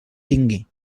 tingui